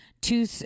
two